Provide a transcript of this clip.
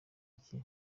iki